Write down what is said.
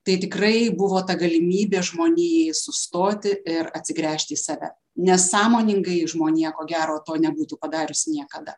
tai tikrai buvo ta galimybė žmonijai sustoti ir atsigręžti į save nes sąmoningai žmonija ko gero to nebūtų padariusi niekada